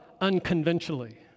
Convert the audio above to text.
unconventionally